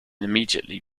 immediately